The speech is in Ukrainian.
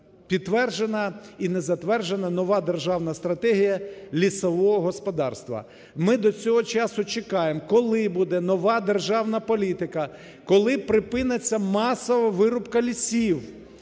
підтверджена і не затверджена нова Державна стратегія лісового господарства. Ми до цього часу чекаємо, коли буде нова державна політика? Коли припиниться масова вирубка лісів?